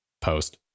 post